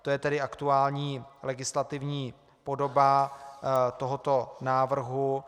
To je tedy aktuální legislativní podoba návrhu.